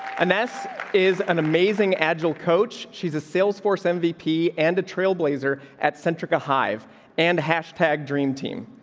a mess is an amazing, agile coach. she's a sales force m v p and a trail blazer at centrica hive and hashtag dream team.